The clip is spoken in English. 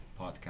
podcast